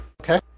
Okay